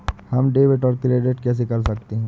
हम डेबिटऔर क्रेडिट कैसे कर सकते हैं?